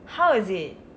how is it